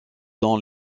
dans